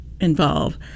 involve